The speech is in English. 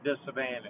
disadvantage